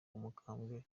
umukambwe